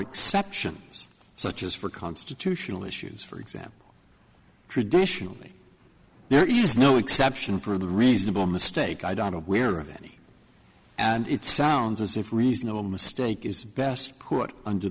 exceptions such as for constitutional issues for example traditionally there is no exception for the reasonable mistake i don't aware of any and it sounds as if reasonable mistake is best put under